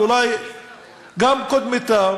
ואולי גם של קודמתה,